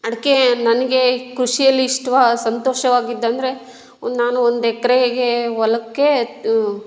ಅಡಿಕೆ ನನಗೆ ಕೃಷಿಯಲ್ಲಿ ಇಷ್ಟ ಸಂತೋಷವಾಗಿದ್ದು ಅಂದರೆ ಒಂದು ನಾನು ಒಂದು ಎಕರೆ ಹೊಲಕ್ಕೆ